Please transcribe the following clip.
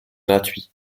gratuit